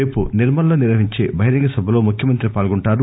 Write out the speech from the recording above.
రేపు నిర్నల్లో నిర్వహించే బహిరంగ సభలో ముఖ్యమంతి పాల్గంటారు